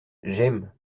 j’aime